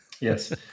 Yes